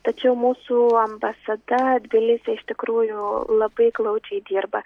tačiau mūsų ambasada tbilisyje iš tikrųjų labai glaudžiai dirba